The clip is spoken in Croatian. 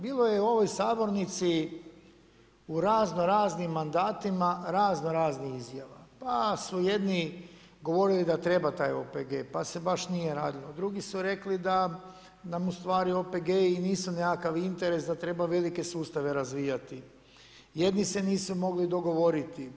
Bilo je u ovoj sabornici u raznoraznim mandatima raznoraznih izjava, pa su jedni govorili da treba taj OPG pa se baš nije radilo, drugi su rekli da nam OPG-i nisu nekakav interes da treba velike sustav razvijati, jedni se nisu mogli dogovoriti.